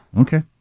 Okay